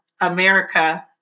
America